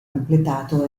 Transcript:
completato